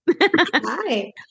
Hi